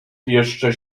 jeszcze